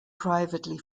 privately